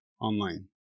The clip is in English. online